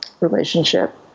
relationship